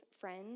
friends